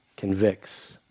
convicts